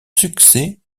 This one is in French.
succès